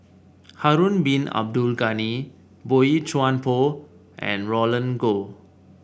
Harun Bin Abdul Ghani Boey Chuan Poh and Roland Goh